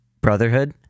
Brotherhood